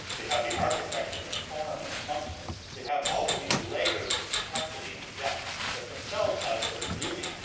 they have the architecture, the form and the function. they have all of these layers of complexity and depth that, themselves, have a certain beauty,